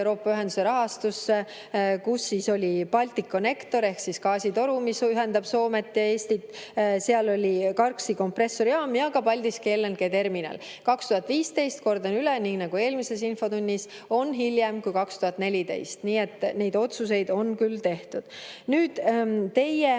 Euroopa Ühenduse rahastusse, kus oli Balticconnector ehk gaasitoru, mis ühendab Soomet ja Eestit. Seal oli Karksi kompressorjaam ja ka Paldiski LNG-terminal. 2015, kordan üle nii nagu eelmiseski infotunnis, on hiljem kui 2014. Nii et neid otsuseid on küll tehtud. Nüüd teie